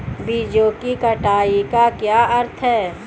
बीजों की कटाई का क्या अर्थ है?